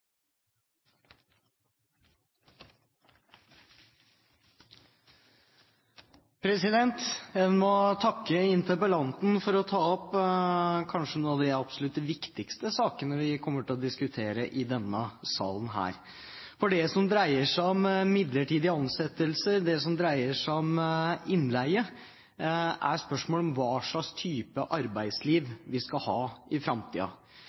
Jeg må takke interpellanten for å ta opp kanskje en av de absolutt viktigste sakene vi kommer til å diskutere i denne salen. For det som dreier seg om midlertidige ansettelser, og det som dreier seg om innleie, er spørsmålet om hva slags type arbeidsliv vi skal ha i